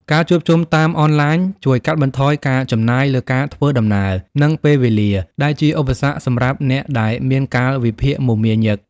ការជួបជុំតាមអនឡាញជួយកាត់បន្ថយការចំណាយលើការធ្វើដំណើរ និងពេលវេលា ដែលជាឧបសគ្គសម្រាប់អ្នកដែលមានកាលវិភាគមមាញឹក។